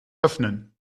öffnen